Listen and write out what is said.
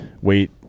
wait